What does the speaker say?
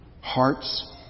Hearts